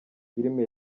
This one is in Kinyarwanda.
filimi